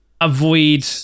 avoid